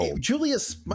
Julius